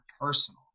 personal